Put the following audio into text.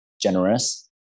generous